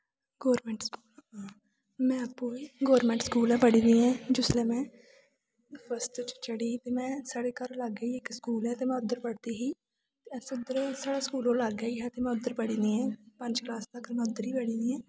government school में आपूं बी गौरमैंट स्कूल गै पढ़ी दी ऐं जिसलै मैं फस्ट च चढ़ी ही ते में साढ़े घर लाग्गे गै इक स्कूल ऐ ते में उद्धर गै पढ़दी ही साढ़ा स्कूल ओह् लाग्गै गै हा ते में उद्धर गै पढ़ी दी आं पंज क्लास तक्कर में उद्धर गै पढ़ी दी आं